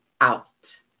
out